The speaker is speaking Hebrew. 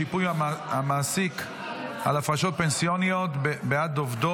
שיפוי המעסיק על הפרשות פנסיוניות בעד עובדו